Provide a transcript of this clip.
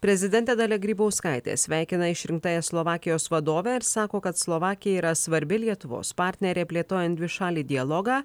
prezidentė dalia grybauskaitė sveikina išrinktąją slovakijos vadovę ir sako kad slovakija yra svarbi lietuvos partnerė plėtojant dvišalį dialogą